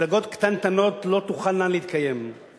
מפלגות קטנטנות לא תוכלנה להתקיים, והן